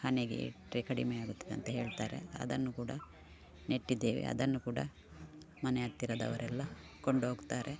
ಹಣೆಗೆ ಇಟ್ಟರೆ ಕಡಿಮೆ ಆಗುತ್ತದೆ ಅಂತ ಹೇಳ್ತಾರೆ ಅದನ್ನು ಕೂಡ ನೆಟ್ಟಿದ್ದೇವೆ ಅದನ್ನು ಕೂಡ ಮನೆ ಹತ್ತಿರದವರೆಲ್ಲ ಕೊಂಡೋಗ್ತಾರೆ